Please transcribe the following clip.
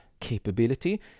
capability